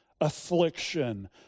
affliction